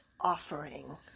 offering